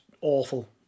awful